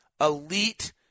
elite